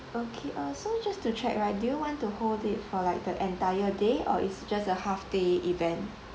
okay uh just to check right do you want to hold it for like the entire day or it's just a half day event